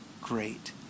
great